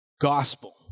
gospel